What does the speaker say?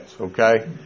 okay